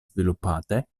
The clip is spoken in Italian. sviluppate